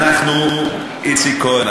איציק כהן,